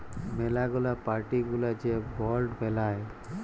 ম্যালা গুলা পার্টি গুলা যে বন্ড বেলায়